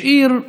השאיר צוואה: